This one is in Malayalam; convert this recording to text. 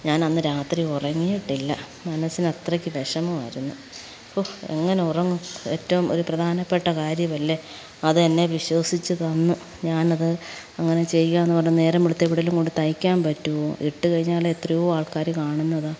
ഞാൻ അന്നു രാത്രി ഉറങ്ങിയിട്ടില്ല മനസ്സിന് അത്രയ്ക്ക് വിഷമമായിരുന്നു ഹൊ എങ്ങനെയുറങ്ങും ഏറ്റവും ഒരു പ്രധാനപ്പെട്ട കാര്യമല്ലെ അത് എന്നെ വിശ്വാസിച്ചു തന്നു ഞാൻ അത് അങ്ങനെ ചെയ്യുകയെന്നു പറഞ്ഞ് നേരം വെളുത്ത് എവിടെയെങ്കിലും കൊണ്ടു തയ്ക്കാൻ പറ്റുമോ ഇട്ടു കഴിഞ്ഞാൽ എത്രയോ ആൾക്കാർ കാണുന്നതാണ്